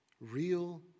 Real